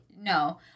No